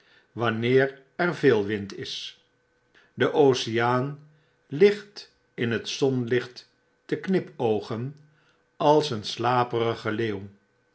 wanneer er veel wind is deoceaan ligt in het zonlicht te knipoogen als een slaperige leeuw